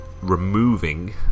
removing